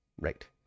Right